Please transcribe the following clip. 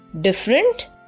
different